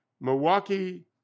Milwaukee